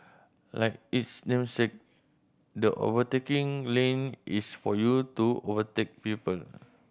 like its namesake the overtaking lane is for you to overtake people